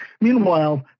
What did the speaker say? Meanwhile